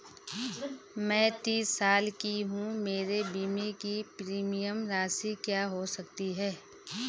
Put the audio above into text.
मैं तीस साल की हूँ मेरे बीमे की प्रीमियम राशि क्या हो सकती है?